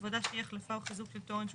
עבודה שהיא החלפה או חיזוק של תורן שהוא